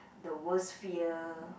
the worst fear